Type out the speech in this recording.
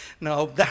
No